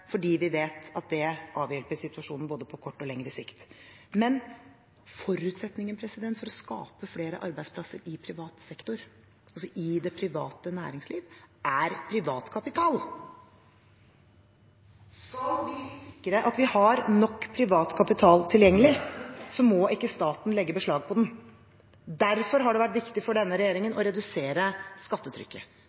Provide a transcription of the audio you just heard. fordi vi vet at det avhjelper situasjonen både på kort og på lengre sikt. Men forutsetningen for å skape flere arbeidsplasser i privat sektor, altså i det private næringsliv, er privat kapital. Skal vi sikre at vi har nok privat kapital tilgjengelig, må ikke staten legge beslag på den. Derfor har det vært viktig for denne regjeringen å redusere skattetrykket,